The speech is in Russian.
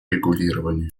регулирования